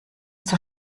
zur